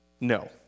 No